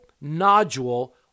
nodule